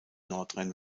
nordrhein